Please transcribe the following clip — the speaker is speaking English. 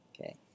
Okay